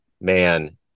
Man